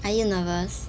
are you nervous